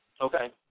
Okay